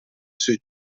sui